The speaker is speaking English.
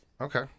Okay